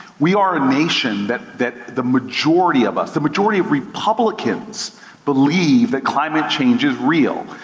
we are a nation that that the majority of us, the majority of republicans believe that climate change is real.